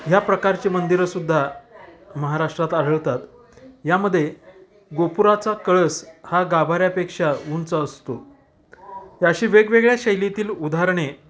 ह्या प्रकारचे मंदिरं सुद्धा महाराष्ट्रात आढळतात यामध्ये गोपुराचा कळस हा गाभऱ्यापेक्षा उंचा असतो ही अशी वेगवेगळ्या शैलीतील उदाहरणे